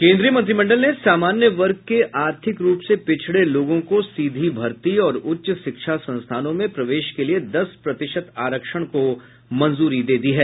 केन्द्रीय मंत्रिमंडल ने सामान्य वर्ग के आर्थिक रूप से पिछड़े लोगों को सीधी भर्ती और उच्च शिक्षा संस्थानों में प्रवेश के लिए दस प्रतिशत आरक्षण को मंजूरी दे दी है